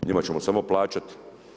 Njima ćemo samo plaćati.